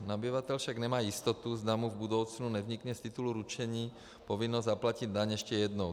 Nabyvatel však nemá jistotu, zda mu v budoucnu nevznikne z titulu ručení povinnost zaplatit daň ještě jednou.